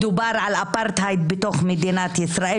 מדובר על אפרטהייד בתוך מדינת ישראל,